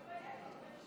תתביישי.